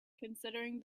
considering